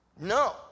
no